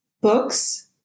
books